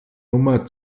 nummer